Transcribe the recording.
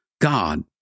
God